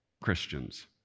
Christians